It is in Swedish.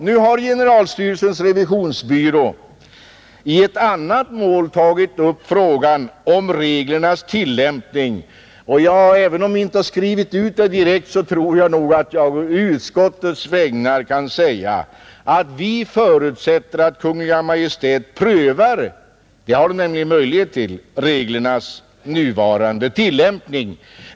Nu har generaltullstyrelsens revisionsbyrå i ett annat mål tagit upp frågan om reglernas tillämpning, och även om vi inte har skrivit ut det direkt, tror jag nog att jag å utskottets vägnar kan säga, att vi förutsätter att Kungl. Maj:t prövar — det har nämligen Kungl. Maj:t möjlighet till — reglernas nuvarande tillämpning.